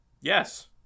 Yes